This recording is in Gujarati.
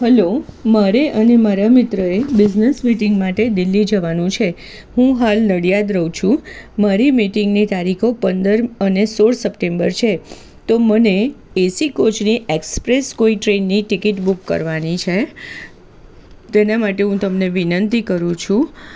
હલો મારે અને મારા મિત્રએ બિઝનસ મીટિંગ માટે દિલ્હી જવાનું છે હું હાલ નડિયાદ રહું છું મારી મિટિંગની તારીખો પંદર અને સોળ સપ્ટેમ્બર છે તો મને એસી કોચની એક્સપ્રેસ કોઈ ટ્રેઈનની ટિકિટ બૂક કરવાની છે તેના માટે હું તમને વિનંતી કરું છું